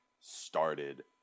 started